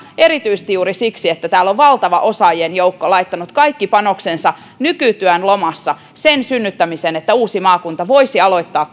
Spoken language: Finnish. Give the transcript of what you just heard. erityisesti juuri siksi että täällä on valtava osaajien joukko laittanut kaikki panoksensa nykytyön lomassa sen synnyttämiseen että uusi maakunta voisi aloittaa